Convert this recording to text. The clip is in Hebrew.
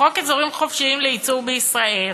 חוק אזורים חופשיים לייצור בישראל,